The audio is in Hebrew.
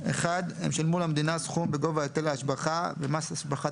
(1) הם שילמו למדינה סכום בגובה היטל ההשבחה ומס השבחת